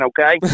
okay